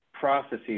processes